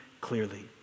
clearly